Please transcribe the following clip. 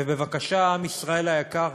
ובבקשה, עם ישראל היקר,